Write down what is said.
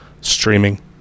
streaming